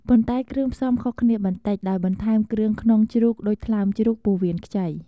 ប៉ុន្តែគ្រឿងផ្សំខុសគ្នាបន្តិច ដោយបន្ថែមគ្រឿងក្នុងជ្រូកដូច ថ្លើមជ្រូក ពោះវៀនខ្ចី ។